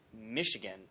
Michigan